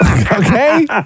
Okay